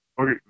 Okay